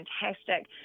fantastic